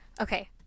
Okay